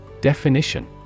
Definition